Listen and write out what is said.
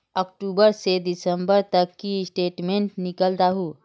अक्टूबर से दिसंबर तक की स्टेटमेंट निकल दाहू?